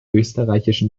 österreichischen